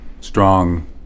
strong